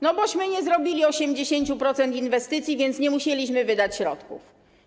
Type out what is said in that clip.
No bośmy nie zrobili 80% inwestycji, więc nie musieliśmy wydać środków.